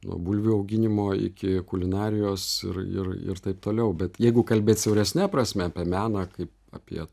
nuo bulvių auginimo iki kulinarijos ir ir ir taip toliau bet jeigu kalbėt siauresne prasme apie meną kaip apie